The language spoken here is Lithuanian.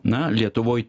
na lietuvoj